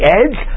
edge